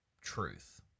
truth